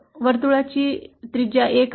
वर्तुळाची त्रिज्या 1 आहे